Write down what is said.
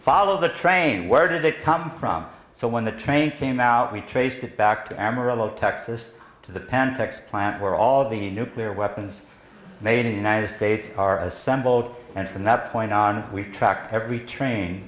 follow the train where did it come from so when the train came out we traced it back to amarillo texas to the pentax plant where all the nuclear weapons made in the united states are assembled and from that point on we tracked every train